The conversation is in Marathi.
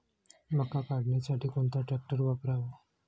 मका काढणीसाठी कोणता ट्रॅक्टर वापरावा?